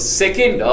second